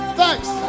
Thanks